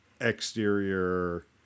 exterior